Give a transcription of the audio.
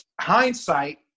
hindsight